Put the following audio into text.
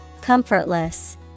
Comfortless